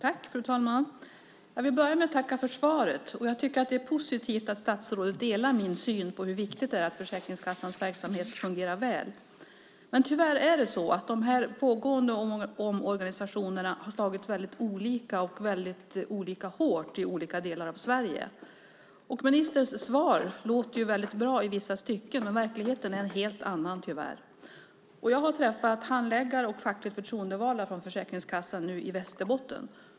Fru talman! Jag vill börja med att tacka för svaret. Jag tycker att det är positivt att statsrådet delar min syn på hur viktigt det är att Försäkringskassans verksamhet fungerar väl. Men tyvärr har de pågående omorganisationerna slagit väldigt olika och olika hårt i olika delar av Sverige. Ministerns svar låter väldigt bra i vissa stycken, men verkligheten är en helt annan, tyvärr. Jag har träffat handläggare och fackligt förtroendevalda från Försäkringskassan i Västerbotten.